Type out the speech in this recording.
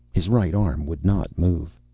his right arm would not move.